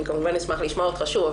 אני אשמח לשמוע אותך שוב,